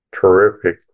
terrific